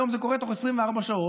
היום זה קורה בתוך 24 שעות,